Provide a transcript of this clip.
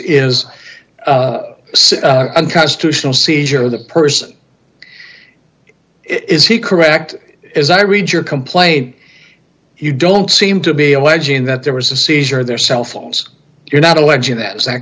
is unconstitutional seizure of the person is he correct as i read your complaint you don't seem to be alleging that there was a seizure their cell phones you're not alleging that is that